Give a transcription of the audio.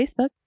facebook